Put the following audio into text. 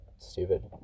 stupid